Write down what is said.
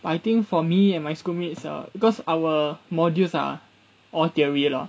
I think for me and my schoolmates ah because our modules are all theory lah